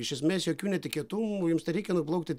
iš esmės jokių netikėtumų jums nereikia nuplaukti